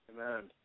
Amen